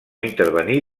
intervenir